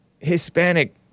Hispanic